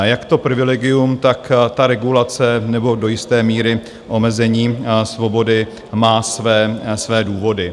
Jak to privilegium, tak ta regulace nebo do jisté míry omezení svobody má své důvody.